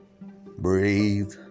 Breathe